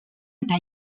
eta